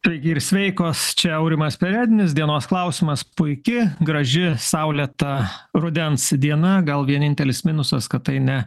sveiki ir sveikos čia aurimas perednis dienos klausimas puiki graži saulėta rudens diena gal vienintelis minusas kad tai ne